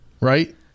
right